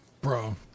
bro